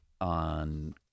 on